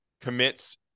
commits